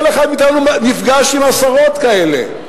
כל אחד מאתנו נפגש עם עשרות כאלה.